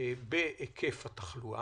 בהיקף התחלואה.